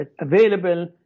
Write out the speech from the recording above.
available